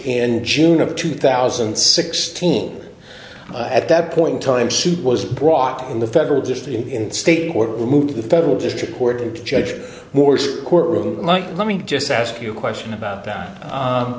in june of two thousand and sixteen at that point in time suit was brought in the federal just in state court removed to the federal district court judge morse courtroom like let me just ask you a question about that